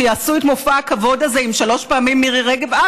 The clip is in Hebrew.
שיעשו את מופע הכבוד הזה עם שלוש פעמים מירי רגב?